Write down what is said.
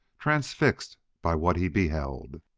transfixed by what he beheld.